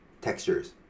textures